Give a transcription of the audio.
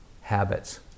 habits